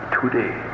today